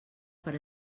per